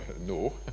no